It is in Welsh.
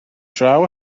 draw